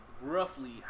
roughly